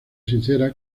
sincera